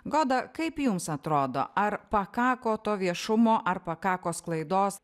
goda kaip jums atrodo ar pakako to viešumo ar pakako sklaidos